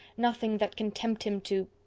nothing that can tempt him to